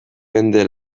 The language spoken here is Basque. mende